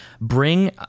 Bring